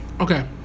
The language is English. okay